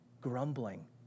grumbling